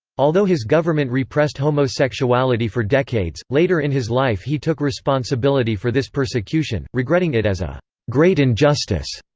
although his government repressed homosexuality for decades, later in his life he took responsibility for this persecution, regretting it as a great injustice,